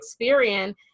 Experian